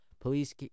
Police